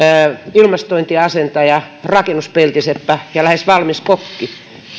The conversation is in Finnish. ilmastointiasentaja rakennuspeltiseppä ja lähes valmis kokki